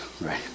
right